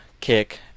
kick